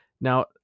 Now